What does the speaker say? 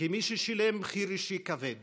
כמי ששילם מחיר אישי כבד